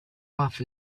off